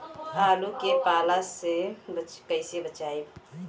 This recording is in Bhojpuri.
आलु के पाला से कईसे बचाईब?